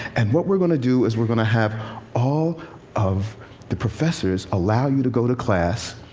and what we're going to do is, we're going to have all of the professors allow you to go to class.